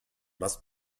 must